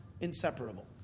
inseparable